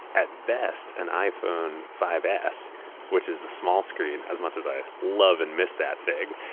at best, an iphone five s which is the small screen. as much as i love and miss that thing,